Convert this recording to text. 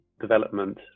development